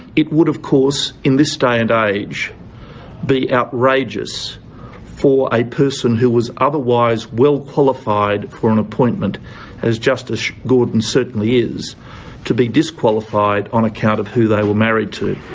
it would of course in this day and age be outrageous for a person who was otherwise well qualified for an appointment as justice gordon certainly is to be disqualified on account of who they were married to.